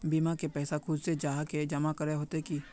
बीमा के पैसा खुद से जाहा के जमा करे होते की?